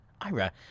Ira